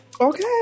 Okay